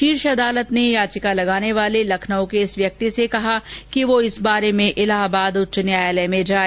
शीर्ष अदालत ने याचिका लगाने वाले लखनऊ के इस व्यक्ति से कहा कि वह इस बारे में इलाहाबाद उच्च न्यायालय में जाए